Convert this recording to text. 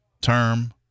term